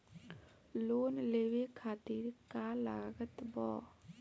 Loan लेवे खातिर का का लागत ब?